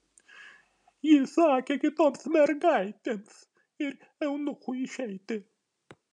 ji įsakė kitoms mergaitėms ir eunuchui išeiti